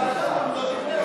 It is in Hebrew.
הסכימו